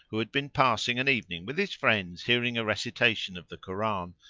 who had been passing an evening with his friends hearing a recitation of the koran,